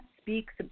speaks